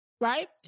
Right